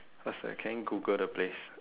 faster can you google the place